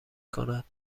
کند